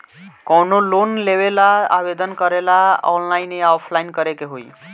कवनो लोन लेवेंला आवेदन करेला आनलाइन या ऑफलाइन करे के होई?